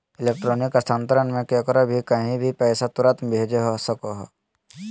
electronic स्थानान्तरण मे केकरो भी कही भी पैसा तुरते भेज सको हो